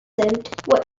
what